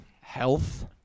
health